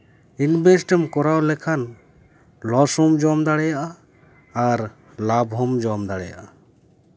invest ᱮᱢ ᱠᱚᱨᱟᱣ ᱞᱮᱠᱷᱟᱱ ᱞᱚᱥ ᱦᱚᱸᱢ ᱡᱚᱢ ᱫᱟᱲᱮᱭᱟᱜᱼᱟ ᱟᱨ ᱞᱟᱵᱷ ᱦᱚᱸᱢ ᱡᱚᱢ ᱫᱟᱲᱮᱭᱟᱜᱼᱟ